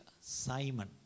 Simon